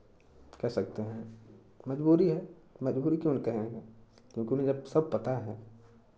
कह सकते हैं मज़बूरी है मज़बूरी क्यों ना कहें क्योंकि उन्हें जब सब पता है